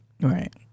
Right